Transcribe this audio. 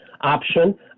option